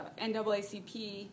NAACP